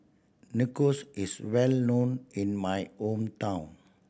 nachos is well known in my hometown